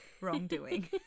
wrongdoing